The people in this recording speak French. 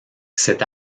cet